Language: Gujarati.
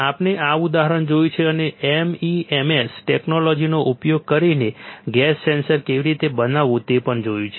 આપણે આ ઉદાહરણ જોયું છે અને MEMS ટેકનોલોજીનો ઉપયોગ કરીને ગેસ સેન્સર કેવી રીતે બનાવવું તે પણ જોયું છે